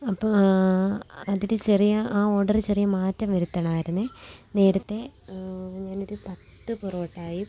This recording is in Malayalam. അപ്പോൾ അതിൽ ചെറിയ ആ ഓഡറ് ചെറിയ മാറ്റം വരുത്തണമായിരുന്നു നേരത്തെ ഞാനൊരു പത്ത് പൊറോട്ടയും